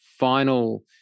final